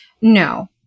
No